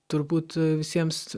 turbūt visiems